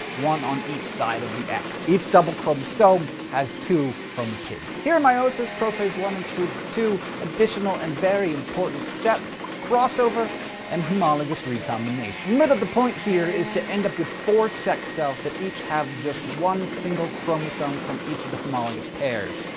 one on each side of the x. each double chromosome has two chromatids. here, meiosis prophase i includes two additional and very important steps crossover and homologous recombination. remember that the point here is to end up with four sex cells that each have just one single chromosome from each of the homologous pairs.